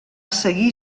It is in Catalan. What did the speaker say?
seguir